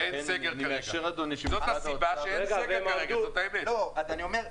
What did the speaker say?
אני מאשר, אדוני, שמשרד האוצר --- אין סגר כרגע.